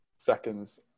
seconds